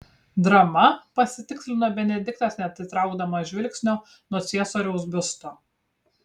drama pasitikslino benediktas neatitraukdamas žvilgsnio nuo ciesoriaus biusto